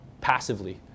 passively